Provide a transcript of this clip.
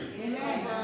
Amen